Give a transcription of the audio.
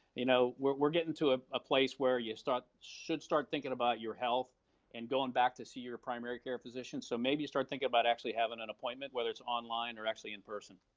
you know, we're getting to a place where you start, should start thinking about your health and going back to see your primary care physician so maybe you start thinking about actually having an appointment whether it's online or actually in person.